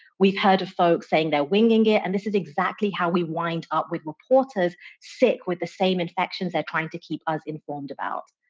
we've heard of folks saying they're winging it, and this is exactly how we wind up with reporters sick with the same infections they're trying to keep us informed about.